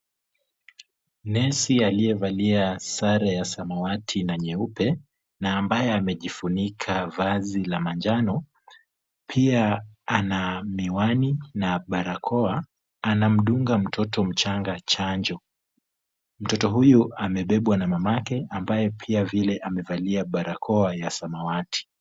Nesi aliyevalia sare ya samawati na nyeupe na ambaye amejifunika vazi la manjano pia ana miwani na barakoa anamdunga mtoto mchanga chanjo, mtoto huyu amebebwa na mamake ambaye pia vile amevalia barakoa ya samawati.